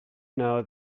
know